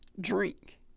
drink